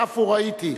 את עפו ראיתי,